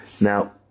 Now